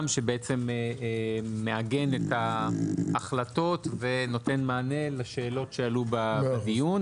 שמעגן את ההחלטות ונותן מענה לשאלות שעלו בדיון.